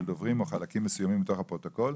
דוברים או חלקים מסוימים מתוך הפרוטוקול.